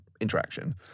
interaction